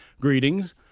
Greetings